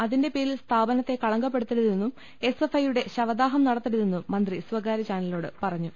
അതിന്റെ പേരിൽ സ്ഥാപനത്തെ കളങ്കപ്പെടുത്തരുതെന്നും എസ് എഫ്ഐ യുടെ ശവദാഹം നടത്തരുതെന്നും മന്ത്രി സ്വകാര്യ ചാന ലിനോട് പറഞ്ഞു